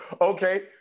Okay